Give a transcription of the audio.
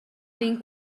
vegn